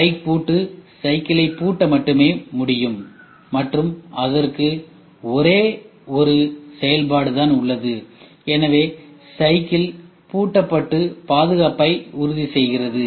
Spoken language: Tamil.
பைக் பூட்டு சைக்கிளை பூட்ட மட்டுமே முடியும் மற்றும் அதற்கு ஒரே ஒரு செயல்பாடு தான் உள்ளது எனவே சைக்கிள் பூட்டப்பட்டு பாதுகாப்பை உறுதி செய்கிறது